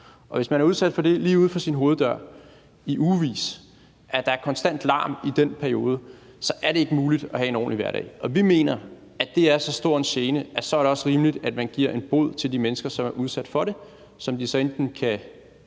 ugevis er udsat for, at der lige uden for ens hoveddør er konstant larm i den periode, er det ikke muligt at have en ordentlig hverdag, og vi mener, det er så stor en gene, at det så også er rimeligt, at man giver en bod til de mennesker, der er udsat for det, som de så enten kan